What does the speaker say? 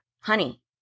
honey